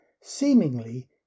seemingly